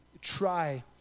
try